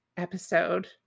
episode